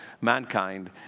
mankind